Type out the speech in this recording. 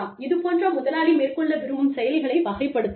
இது போன்ற முதலாளி மேற்கொள்ள விரும்பும் செயல்களை வகைப்படுத்தலாம்